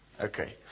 okay